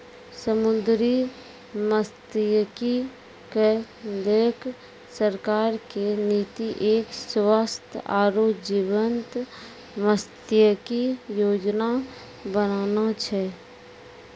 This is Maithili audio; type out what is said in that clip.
समुद्री मत्सयिकी क लैकॅ सरकार के नीति एक स्वस्थ आरो जीवंत मत्सयिकी योजना बनाना छै